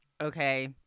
okay